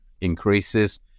increases